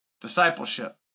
discipleship